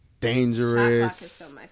Dangerous